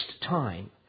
time